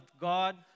God